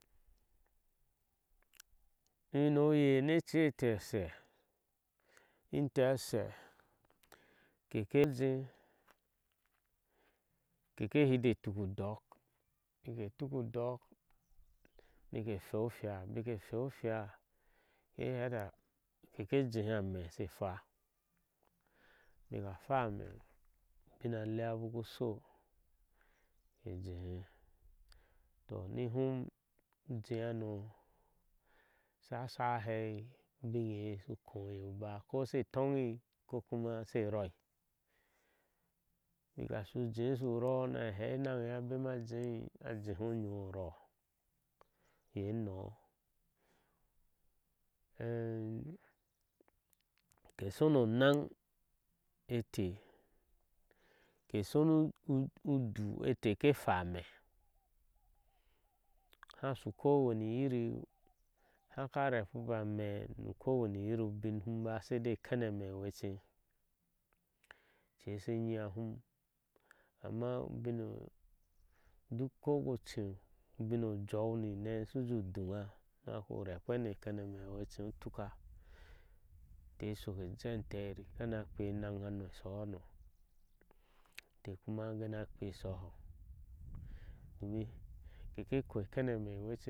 Ino je ni ece eteh ashe inteh ashe keke jee keka hide tuki udɔɔk bike tuk udɔɔk nike hucu ohweca keke jeha ame she hwáá baka hwa ame ubinalea ubaku sho ke gehe toh ni hum ujee hana asha shai ahei uhiŋe ye ushu khui iye uba. ko she toŋi kokuma she roi bika shu jee shu roo na hee eneŋ eye a bema a jei a jehe onyoh oroo iye enɔoh ke shone onaŋ eteh ke shonu udu eteh ke hwa ame hasu ke wani irir haka repibo ame nu ko wani irin ubiŋ ni hum ba saidai a kename eŋeche deshe nyáá hum amma ko ku che ubig ojou nine shje ju duge nu banu rekp ni e kenema a wecho ntuka ke shok ke jee antejir kana kpɛɛeney hano ishohono, inte. kuma ke kina kpea ishono.